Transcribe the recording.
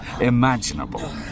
imaginable